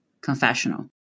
confessional